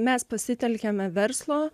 mes pasitelkiame verslo